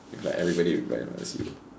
it's like everybody remembers you